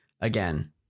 again